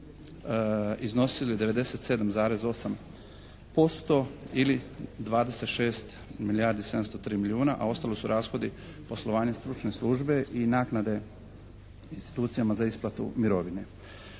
iznosili 97,8% ili 26 milijardi 703 milijuna a ostalo su rashodi poslovanja stručne službe i naknade institucijama za isplatu mirovine.